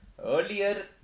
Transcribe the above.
Earlier